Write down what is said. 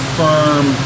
firm